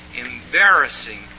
embarrassing